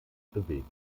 bewegen